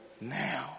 now